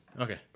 Okay